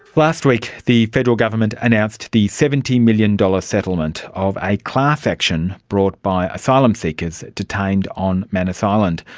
last week the federal government announced the seventy million dollars settlement of a class action brought by asylum seekers detained on manus island.